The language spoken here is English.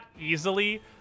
easily